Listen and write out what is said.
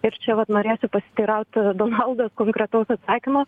ir čia vat norėsiu pasiteiraut donalda konkretaus atsakymo